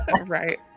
right